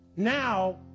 Now